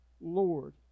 Lord